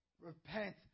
Repent